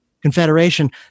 Confederation